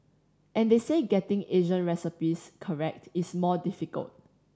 and they say getting Asian recipes correct is more difficult